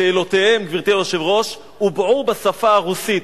שאלותיהם, גברתי היושבת-ראש, הובעו בשפה הרוסית.